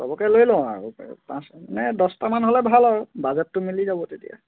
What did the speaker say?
চবকে লৈ লওঁ আৰু পাঁচ নে দহটামান হ'লে ভাল আৰু বাজেটটো মিলি যাব তেতিয়া